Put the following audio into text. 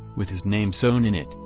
with his name sewn in it,